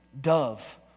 dove